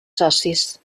socis